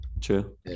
True